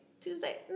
Tuesday